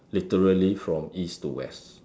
literally from east to west